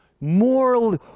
Moral